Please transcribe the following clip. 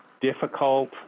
difficult